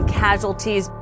casualties